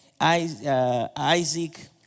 Isaac